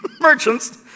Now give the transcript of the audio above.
merchants